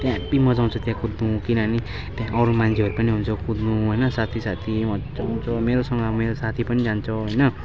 त्यहाँ हेभी मज्जा आउँछ त्यहाँ कुद्नु किनभने त्यहाँ अरू मान्छेहरू पनि हुन्छ कुद्नु होइन साथी साथी मज्जा आउँछ मेरोसँग अब मेरो साथी पनि जान्छ होइन